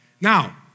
Now